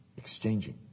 Exchanging